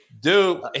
Dude